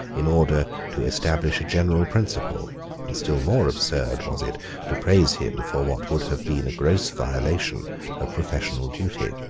in order to establish a general principle and still more absurd was it to praise him for what would have been a gross violation of professional duty.